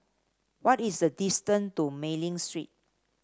what is the distance to Mei Ling Street